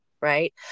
right